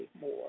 more